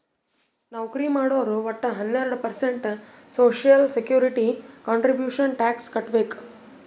ನೌಕರಿ ಮಾಡೋರು ವಟ್ಟ ಹನ್ನೆರಡು percent social security contribution tax ಕಟ್ಬೇಕ್